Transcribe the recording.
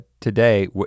today